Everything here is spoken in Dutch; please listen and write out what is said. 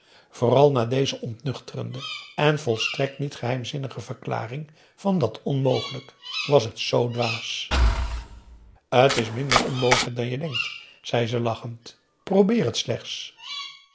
vooral na deze ontnuchterende en volstrekt niet geheimzinnige verklaring van dat onmogelijk was het zoo dwaas t is minder onmogelijk dan je denkt zei ze lachend probeer het slechts